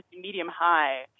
medium-high